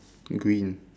green